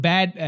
Bad